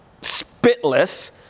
spitless